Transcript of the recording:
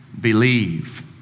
believe